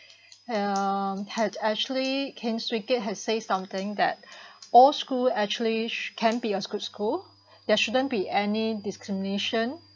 um had actually heng-swee-keat has say something that all school actually sho~ can be a good school there shouldn't be any discrimination